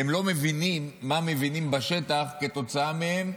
הם לא מבינים מה מבינים בשטח כתוצאה מהם,